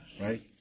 Right